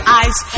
eyes